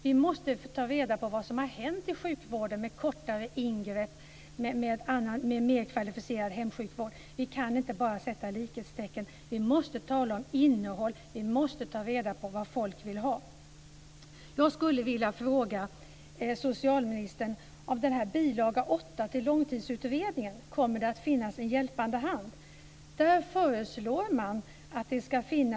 Vi måste ta reda på vad som har hänt i sjukvården, med kortare ingrepp och mer kvalificerad hemsjukvård. Vi kan inte bara sätta likhetstecken. Vi måste tala om innehåll. Vi måste ta reda på vad folk vill ha. till Långtidsutredningen, Kommer det att finnas en hjälpande hand?